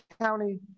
County